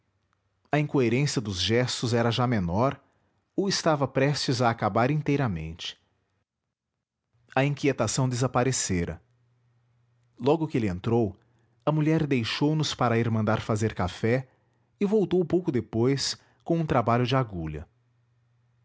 a incoerência dos gestos era já menor ou estava prestes a acabar inteiramente a inquietação desaparecera logo que ele entrou a mulher deixou nos para ir mandar fazer café e voltou pouco depois com um trabalho de agulha